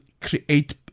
create